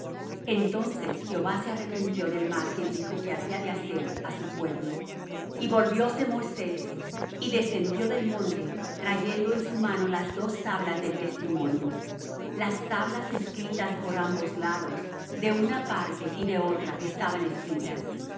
entonces jehová se arrepintió del mal que dijo que había de hacer á su pueblo y volvióse moisés y descendió del monte trayendo en su mano las dos tablas del testimonio las tablas escritas por ambos lados de una parte y de otra estaban escritas